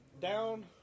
down